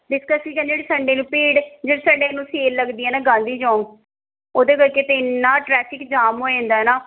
ਜਿਸ ਕਰਕੇ ਕਹਿੰਦੇ ਆ ਕਿ ਸੰਡੇ ਨੂੰ ਭੀੜ ਜਿਸ ਸੰਡੇ ਨੂੰ ਸੇਲ ਲੱਗਦੀ ਹੈ ਨਾ ਗਾਂਧੀ ਚੌਂਕ ਉਹਦੇ ਵਿੱਚ ਤਾਂ ਇੰਨਾ ਟਰੈਫ਼ਿਕ ਜਾਮ ਹੋ ਜਾਂਦਾ ਏ ਨਾ